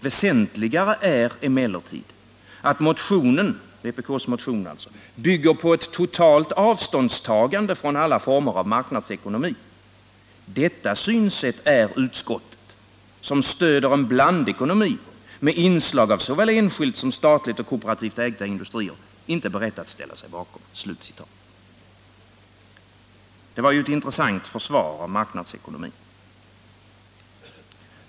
Väsentligare är emellertid att motionen ”—vpk:s motion —” bygger på ett totalt avståndstagande från alla former av marknadsekonomi. Detta synsätt är utskottet — som stödjer en blandekonomi med inslag av såväl enskilt som statligt och kooperativt ägda industrier — inte berett att ställa sig bakom.” Det var ju ett intressant försvar av marknadsekonomin.